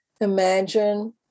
imagine